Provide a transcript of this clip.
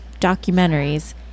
documentaries